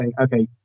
Okay